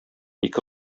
ике